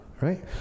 right